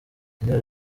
intero